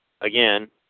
again